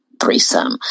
threesome